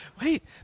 wait